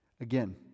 Again